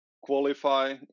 qualify